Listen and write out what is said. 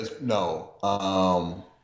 No